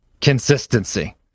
consistency